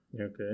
Okay